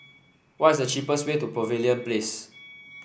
what is the cheapest way to Pavilion Place